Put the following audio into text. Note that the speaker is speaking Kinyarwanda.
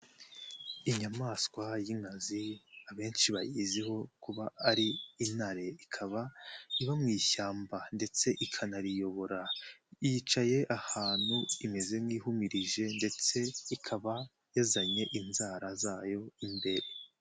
Inyamaswa y'inkazi abenshi bayiziho kuba ari intare ikaba iba mu ishyamba ndetse ikanariyobora, yicaye ahantu imeze nk' ihumirije ndetse ikaba yazanye inzara zayo imbere.